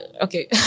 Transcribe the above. okay